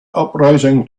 uprising